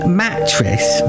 mattress